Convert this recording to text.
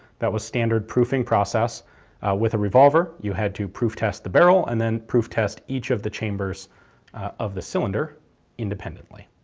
that was standard proofing process with a revolver, you had to proof test the barrel and then proof test each of the chambers of the cylinder independently.